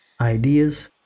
ideas